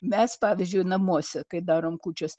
mes pavyzdžiui namuose kai darom kūčias